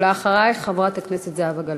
בבקשה, ואחרייך, חברת הכנסת זהבה גלאון.